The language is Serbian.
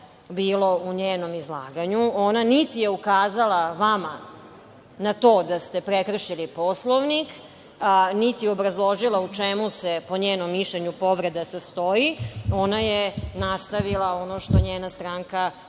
bio u njenom izlaganju. Ona, niti je ukazala vama na to da ste prekršili Poslovnik, niti je obrazložila u čemu se po njenom mišljenju povreda sastoji, ona je nastavila ono što njena stranka jedino